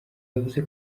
yavuze